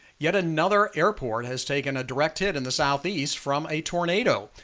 yet another airport has taken a direct hit in the southeast from a tornado.